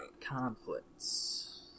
conflicts